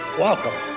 welcome